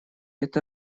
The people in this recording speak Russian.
это